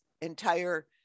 entire